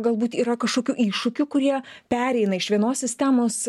galbūt yra kažkokių iššūkių kurie pereina iš vienos sistemos